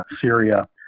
Syria